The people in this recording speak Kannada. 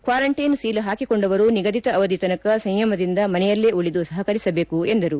ಕ್ವಾರಂಟೈನ್ ಸೀಲ್ ಹಾಕಿ ಕೊಂಡವರು ನಿಗದಿತ ಅವಧಿ ತನಕ ಸಂಯಮದಿಂದ ಮನೆಯಲ್ಲೇ ಉಳಿದು ಸಪಕರಿಸ ಬೇಕು ಎಂದರು